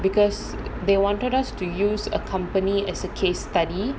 because they wanted us to use a company as a case study